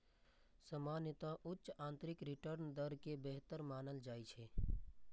सामान्यतः उच्च आंतरिक रिटर्न दर कें बेहतर मानल जाइ छै